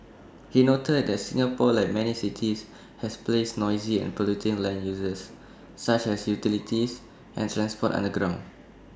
he noted that Singapore like many cities has placed noisy and polluting land uses such as utilities and transport underground